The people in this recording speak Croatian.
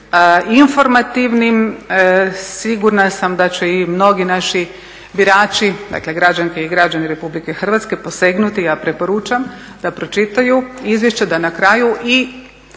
informativnim. Sigurna sam da će i mnogi naši birači, dakle građanke i građani Republike Hrvatske posegnuti, ja preporučam da pročitaju izvješće, da na kraju i